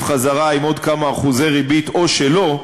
חזרה עם עוד כמה אחוזי ריבית או שלא,